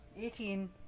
Eighteen